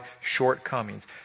shortcomings